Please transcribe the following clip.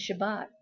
Shabbat